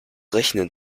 rechnen